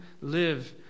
live